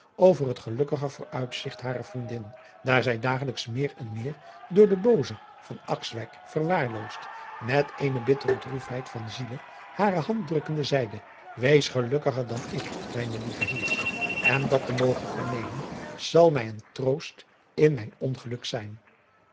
over het gelukkiger vooruitzigt harer vriendin daar zij dagelijks meer en meer door den boozen verwaarloosd met eene bittere droefheid van ziele hare hand drukkende zeide ees gelukkiger dan ik mijne lieve en dat te mogen vernemen zal mij een troost in mijn ongeluk zijn